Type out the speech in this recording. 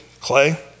clay